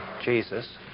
Jesus